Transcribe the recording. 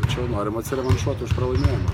tačiau norim atsirevanšuot už pralaimėjimą